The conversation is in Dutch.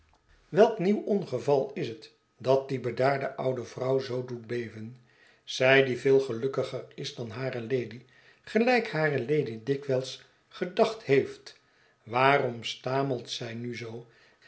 welk nieuw ongeval is het dat die bedaarde oude vrouw zoo doet beven zij die veel gelukkiger is dan hare lady gelijk hare lady dikwijls gedacht heeft waarom stamelt zij nu zoo